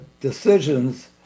decisions